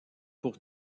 pour